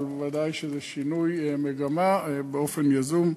אבל ודאי שזה שינוי מגמה באופן יזום.